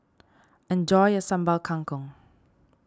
enjoy your Sambal Kangkong